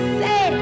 say